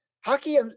Hockey